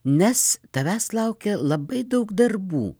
nes tavęs laukia labai daug darbų